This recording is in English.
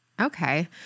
Okay